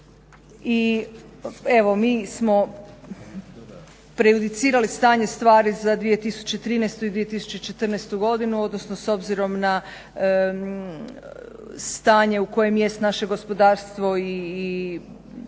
I evo mi smo prejudicirali stanje stvari za 2013.i 2014.godinu odnosno s obzirom na stanje u kojem jest naše gospodarstvo i BDP itd.